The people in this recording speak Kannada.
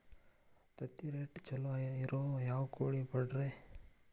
ತತ್ತಿರೇಟ್ ಛಲೋ ಇರೋ ಯಾವ್ ಕೋಳಿ ಪಾಡ್ರೇ?